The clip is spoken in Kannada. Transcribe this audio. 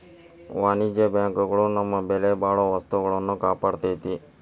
ವಾಣಿಜ್ಯ ಬ್ಯಾಂಕ್ ಗಳು ನಮ್ಮ ಬೆಲೆಬಾಳೊ ವಸ್ತುಗಳ್ನ ಕಾಪಾಡ್ತೆತಿ